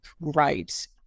right